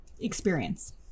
experience